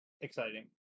exciting